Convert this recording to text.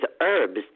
herbs